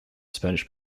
spanish